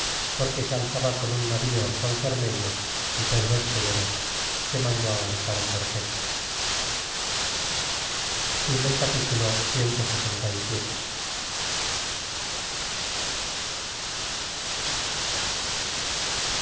porque se alzaba con un navío con cernid u y pedro escudero que mandó ahorcar cortés capitulo clxviii